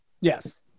Yes